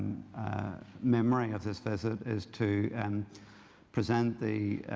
memory of this visit is to present the